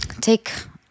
take